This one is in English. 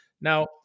Now